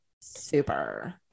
super